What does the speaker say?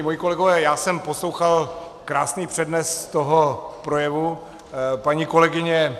Moji kolegové, já jsem poslouchal krásný přednes toho projevu paní kolegyně.